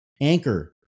Anchor